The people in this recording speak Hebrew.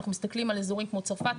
אנחנו מסתכלים על אזורים כמו צרפת,